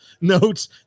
notes